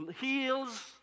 heals